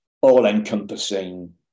all-encompassing